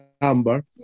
number